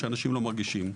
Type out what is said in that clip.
שאנשים לא מרגישים.